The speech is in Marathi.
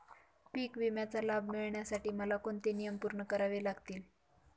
पीक विम्याचा लाभ मिळण्यासाठी मला कोणते नियम पूर्ण करावे लागतील?